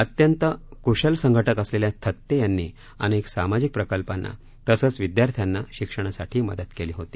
अत्यंत कुशल संघटक असलेल्या थत्ते यांनी अनेक सामाजिक प्रकल्पांना तसंच विद्यार्थ्यांना शिक्षणासाठी मदत केली होती